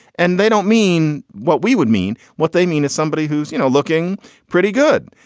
and they don't mean what we would mean. what they mean is somebody who's, you know, looking pretty good.